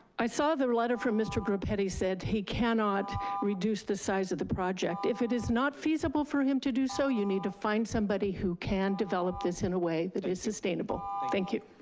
i saw the letter from mr. groppetti said he cannot reduce the size of the project. if it is not feasible for him to do so, you need to find somebody who can develop this in a way that is sustainable, thank you.